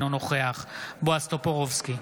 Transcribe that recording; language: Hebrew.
אינו נוכח בועז טופורובסקי,